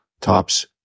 Tops